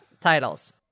Titles